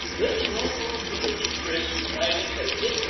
this one will be as brisk as i can make it,